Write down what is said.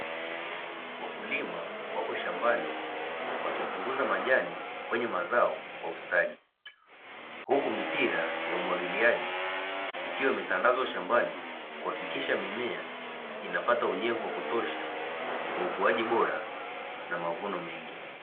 Wakulima wapo shambani wakipunguza majani kwenye mazao kwa ustadi, huku mipira ya umwagiliaji ikiwa imetandazwa shambani kuhakikisha mimea inapata unyevu wa kutosha kwa ukuaji bora na mavuno mengi.